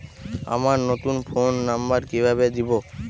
আমার নতুন phone number কিভাবে দিবো?